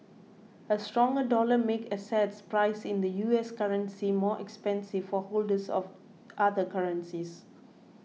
a stronger dollar makes assets priced in the U S currency more expensive for holders of other currencies